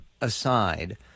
aside